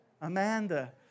Amanda